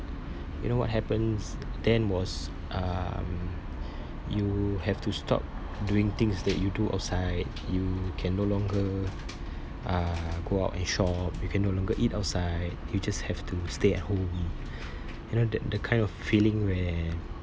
you know what happens then was um you have to stop doing things that you do outside you can no longer uh go out and shop you can no longer eat outside you just have to stay at home you know th~ the kind of feeling where